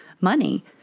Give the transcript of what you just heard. money